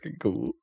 cool